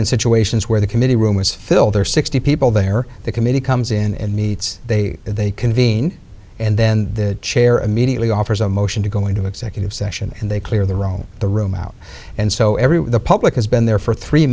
in situations where the committee room is filled there are sixty people there the committee comes in and meets they they convene and then the chair immediately offers a motion to go into executive session and they clear the room the room out and so every public has been there for three